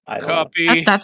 Copy